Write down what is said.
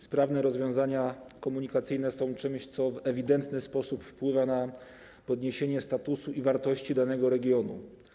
Sprawne rozwiązania komunikacyjne są czymś, co w ewidentny sposób wpływa na podniesienie statusu i wartości danego regionu.